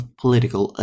political